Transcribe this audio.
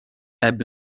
ebbe